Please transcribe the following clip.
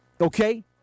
Okay